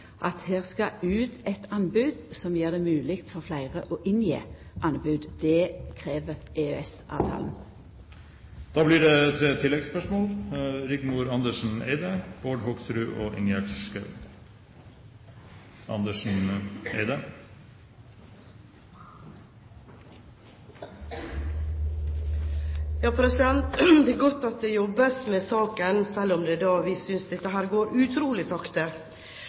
at her skal det ut eit anbod som gjer det mogleg for fleire å gje anbod. Det krev EØS-avtalen. Det blir tre oppfølgingsspørsmål – først Rigmor Andersen Eide. Det er godt at det jobbes med saken, selv om vi synes det går utrolig sakte. Problemet, som tidligere nevnt, er at vi